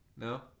no